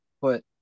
put